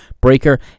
Breaker